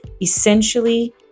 essentially